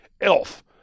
elf